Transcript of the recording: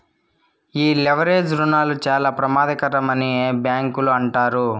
ఈ లెవరేజ్ రుణాలు చాలా ప్రమాదకరమని బ్యాంకులు అంటారు